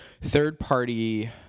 third-party